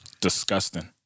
Disgusting